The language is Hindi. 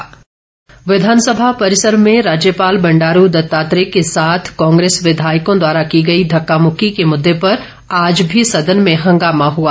प्वाइंट ऑफ आर्डर विधानसभा परिसर में राज्यपाल बंडारू दत्तात्रेय के साथ कांग्रेस विधायकों द्वारा की गई धक्का मुक्की के मुद्दे पर आज भी सदन में हंगामा हुआ